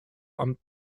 amt